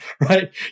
right